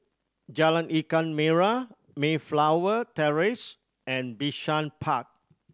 Jalan Ikan Merah Mayflower Terrace and Bishan Park